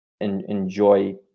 enjoy